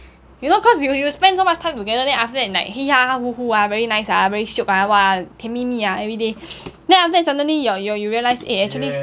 you know cause you you spend so much time together then after that like very nice ah very shiok ah !wah! 甜蜜蜜 ah everyday then after that suddenly your your you realise eh actually